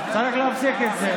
אז צריך להפסיק את זה.